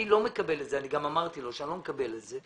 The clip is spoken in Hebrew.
אני לא מקבל את זה ואני גם אמרתי לו שאני לא מקבל את זה.